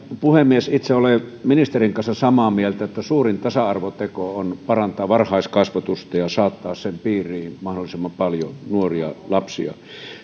puhemies itse olen ministerin kanssa samaa mieltä että suurin tasa arvoteko on parantaa varhaiskasvatusta ja saattaa sen piiriin mahdollisimman paljon nuoria lapsia